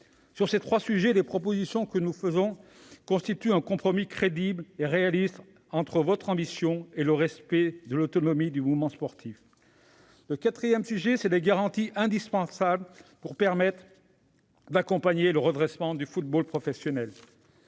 Sur ces trois sujets, les propositions que nous formulons constituent un compromis crédible et réaliste entre votre ambition et le respect de l'autonomie du mouvement sportif. Le quatrième sujet porte sur les garanties indispensables pour permettre d'accompagner le redressement du football professionnel.